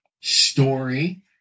Story